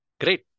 great